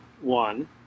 one